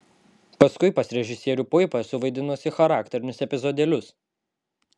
paskui pas režisierių puipą esu vaidinusi charakterinius epizodėlius